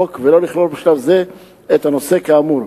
החוק ולא לכלול בשלב זה את הנושא כאמור.